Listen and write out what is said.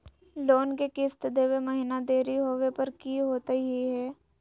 Loan के किस्त देवे महिना देरी होवे पर की होतही हे?